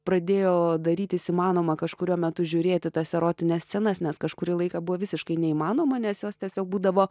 pradėjo darytis įmanoma kažkuriuo metu žiūrėti tas erotines scenas nes kažkurį laiką buvo visiškai neįmanoma nes jos tiesiog būdavo